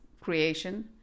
creation